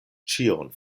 ĉion